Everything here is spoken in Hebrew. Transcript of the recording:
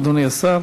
אדוני השר.